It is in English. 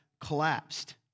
collapsed